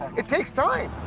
it takes time.